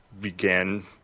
began